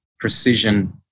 precision